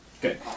Good